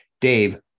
Dave